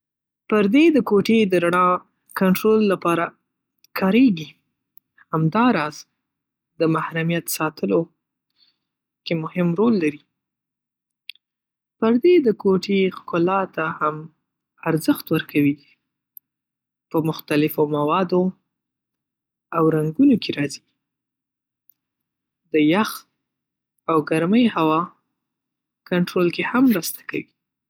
پردې د کوټې د رڼا کنټرول لپاره کارېږي. همداراز د محرمیت ساتلو کې مهم رول لري. پردې د کوټې ښکلا ته هم ارزښت ورکوي. په مختلفو موادو او رنګونو کې راځي. د یخ او ګرمې هوا کنټرول کې هم مرسته کوي.